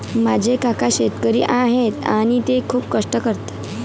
माझे काका शेतकरी आहेत आणि ते खूप कष्ट करतात